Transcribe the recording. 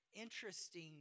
interesting